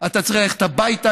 אתה צריך ללכת הביתה,